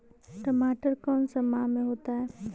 टमाटर कौन सा माह में होता है?